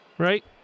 Right